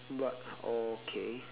but okay